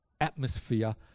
atmosphere